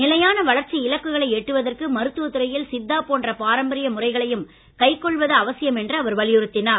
நிலையான வளர்ச்சி இலக்குகளை எட்டுவதற்கு மருத்துவத்துறையில் சித்தா போன்ற பாரம்பரிய முறைகளையும் கைக் கொள்வது அவசியம் என்று அவர் வலியுறுத்தினார்